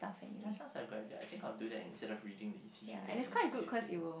ya sounds like a good idea I think I'll do that instead of reading the E_C_G make E_C again